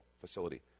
facility